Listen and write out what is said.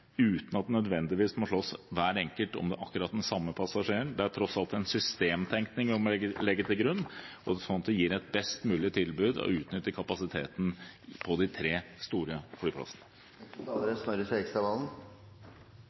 uten at de nødvendigvis må slåss – hver enkelt – om akkurat den samme passasjeren. Det er tross alt en systemtenkning vi må legge til grunn, sånn at det gir et best mulig tilbud og utnytter kapasiteten på de tre store flyplassene.